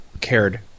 cared